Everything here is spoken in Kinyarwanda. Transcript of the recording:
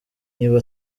niba